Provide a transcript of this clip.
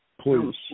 Please